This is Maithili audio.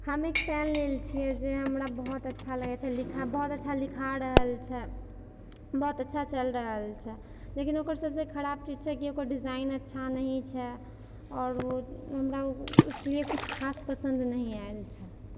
हम एक पेन लेने छियै जे हमरा बहुत अच्छा लागै छै लिखा बहुत अच्छा लिखा रहल छै बहुत अच्छा चल रहल छै लेकिन ओकर सबसँ खराप चीज छै कि ओकर डिजाइन अच्छा नही छै आओर हमरा उसलिए किछु खास पसन्द नही आएल छै